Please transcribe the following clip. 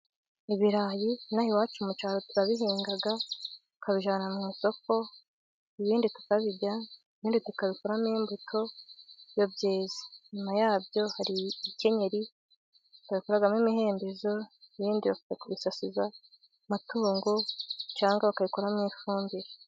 Ibirayi ino aha iwacu mu cyaro turabihinga ,tukabijyana mu isoko, ibindi kabirya tukabikuramo imbuto iyo byeze, inyuma yabyo hari ibikenyeri babikuramo imihembezo, ibindi bakabisasiza amatungo, cyangwa bakayikuramo ifumbire.